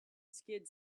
skid